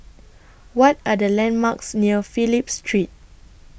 What Are The landmarks near Phillip Street